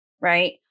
right